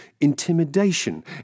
intimidation